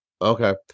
Okay